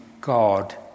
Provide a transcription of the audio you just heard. God